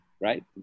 right